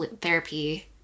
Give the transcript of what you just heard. therapy